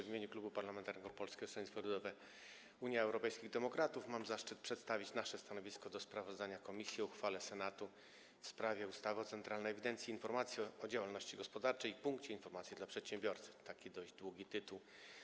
W imieniu Klubu Poselskiego Polskiego Stronnictwa Ludowego - Unii Europejskich Demokratów mam zaszczyt przedstawić nasze stanowisko wobec sprawozdania komisji o uchwale Senatu w sprawie ustawy o Centralnej Ewidencji i Informacji o Działalności Gospodarczej i Punkcie Informacji dla Przedsiębiorcy - taki dość długi ma ona tytuł.